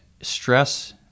stress